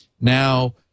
Now